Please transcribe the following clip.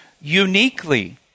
uniquely